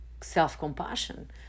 self-compassion